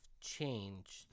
changed